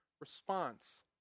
response